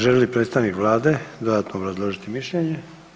Želi li predstavnik Vlade dodatno obrazložiti mišljenje?